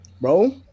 Bro